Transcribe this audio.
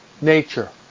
nature